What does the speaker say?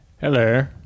Hello